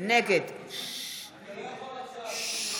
נגד בעד, אתה לא יכול עכשיו.